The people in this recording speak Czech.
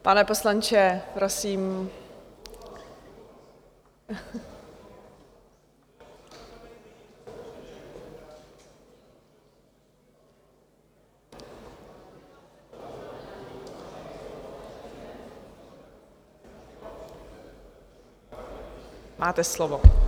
Pane poslanče, prosím, máte slovo.